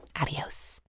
Adios